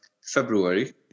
February